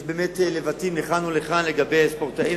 יש באמת לבטים לכאן ולכאן לגבי ספורטאים,